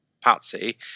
Patsy